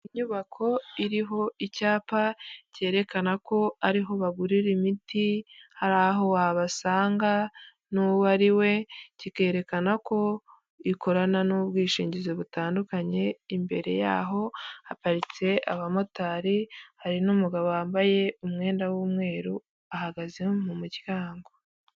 Inyubako iriho icyapa cyerekana ko ariho bagurira imiti, hari aho wabasanga n'uwo ari we, kikerekana ko ikorana n'ubwishingizi butandukanye, imbere yaho haparitse abamotari, hari n'umugabo wambaye umwenda w'umweru ahagaze no mu muryango.